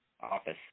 Office